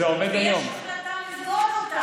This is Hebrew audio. ויש החלטה לסגור אותם.